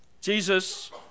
Jesus